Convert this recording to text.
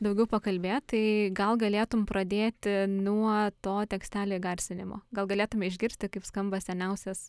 daugiau pakalbėt tai gal galėtum pradėti nuo to tekstelio įgarsinimo gal galėtume išgirsti kaip skamba seniausias